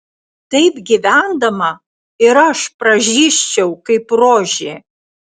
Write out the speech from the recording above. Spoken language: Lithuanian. taip gyvendama ir aš pražysčiau kaip rožė